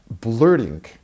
blurting